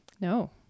No